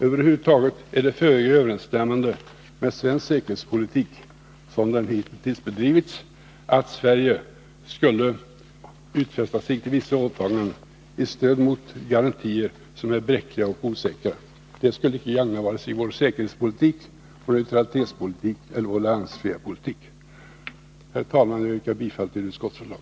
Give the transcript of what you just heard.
Över huvud taget är det föga överensstämmande med svensk säkerhetspolitik, som den hittills bedrivits, att Sverige skulle göra vissa åtaganden i utbyte mot garantier som är bräckliga och osäkra. Det skulle icke gagna vare sig vår säkerhetspolitik, vår neutralitetspolitik eller vår alliansfria politik. Herr talman! Jag yrkar bifall till utskottets förslag.